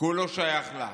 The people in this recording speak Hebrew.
כולו שייך לה.